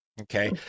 Okay